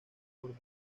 por